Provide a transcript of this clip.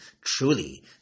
Truly